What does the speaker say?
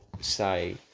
say